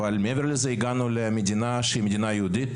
ומעבר לזה, שהגענו למדינה יהודית,